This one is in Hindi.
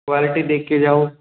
क्वालेटी देख के जाओ